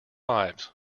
lives